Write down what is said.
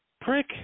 Prick